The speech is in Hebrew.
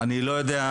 אני לא יודע.